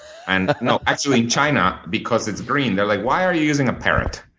and no, actually, in china because it's green, they're like, why are you using a parrot?